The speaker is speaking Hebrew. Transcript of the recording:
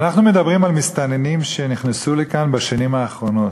אנחנו מדברים על מסתננים שנכנסו לכאן בשנים האחרונות.